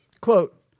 Quote